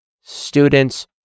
Students